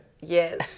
Yes